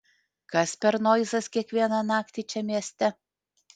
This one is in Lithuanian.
kas per noizas kiekvieną naktį čia mieste